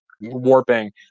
warping